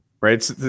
right